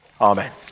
Amen